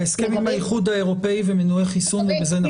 ההסכם עם האיחוד האירופאי ומנועי חיסון ובזה נחתום.